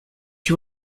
you